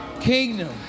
Kingdom